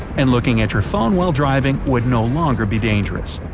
and looking at your phone while driving would no longer be dangerous.